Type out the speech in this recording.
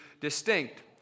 distinct